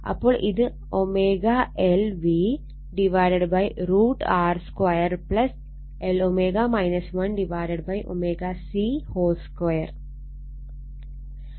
അപ്പോൾ ഇത് ω L V√R 2 Lω 1 ω C2